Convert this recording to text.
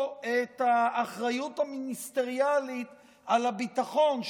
את האחריות המיניסטריאלית על הביטחון,